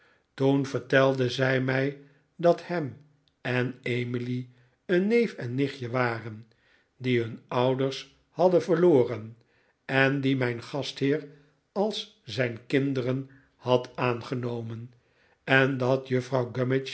toen vertelde zij mij dat ham en emily een neef en nichtje waren die hun ouders hadden verloren en die mijn gastheer als zijn kinderen had aangenomen en dat juffrouw